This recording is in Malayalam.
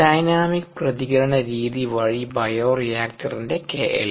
ഡൈനാമിക് പ്രതികരണ രീതി വഴി ബയോറിയാക്റ്ററിന്റെ kLa